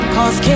Cause